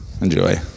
Enjoy